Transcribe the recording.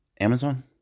Amazon